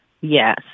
Yes